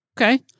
Okay